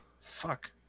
Fuck